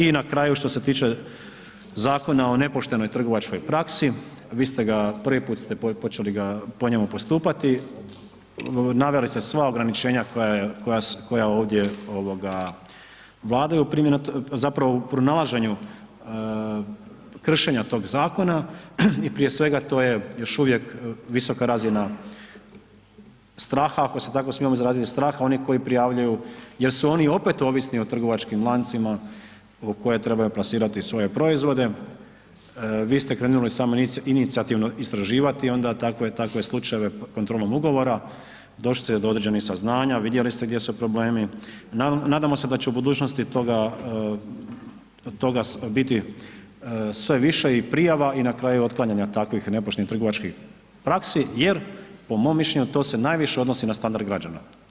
I na kraju što se tiče Zakona o nepoštenoj trgovačkoj praksi, vi ste ga, prvi put ste počeli ga po njemu postupati, naveli ste sva ograničenja koja ovdje vladaju, zapravo u pronalaženju kršenja tog zakona i prije svega to je još uvijek visoka razina straha ako se tako smijemo izraziti, straha onih koji prijavljuju jer su oni opet ovisni o trgovačkim lancima u koje trebaju plasirati svoje proizvode, vi ste krenuli samoinicijativno istraživati onda takve slučajeve kontrolom ugovora, došli ste do određenih saznanja, vidjeli ste gdje su problemi, nadamo se da će u budućnosti toga biti sve više prijava i na kraju otklanjanja takvih nepoštenih trgovačkih praksi jer po mom mišljenju, to se najviše odnosi na standard građana.